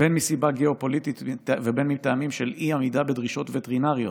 בין מסיבה גיאופוליטית ובין מטעמים של אי-עמידה בדרישות וטרינריות,